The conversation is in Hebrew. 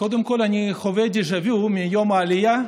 קודם כול אני חווה דז'ה וו מיום העלייה,